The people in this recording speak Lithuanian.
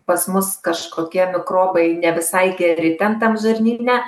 pas mus kažkokie mikrobai ne visai geri ten tam žarnyne